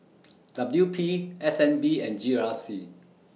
W P S N B and G R C